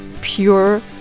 pure